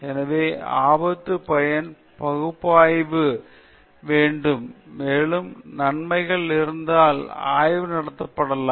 எனவே ஆபத்து பயன் பகுப்பாய்வு செய்யப்பட வேண்டும் மேலும் நன்மைகள் இருந்தால் ஆய்வு நடத்தப்படலாம்